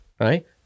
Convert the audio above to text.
right